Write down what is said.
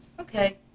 okay